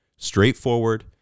Straightforward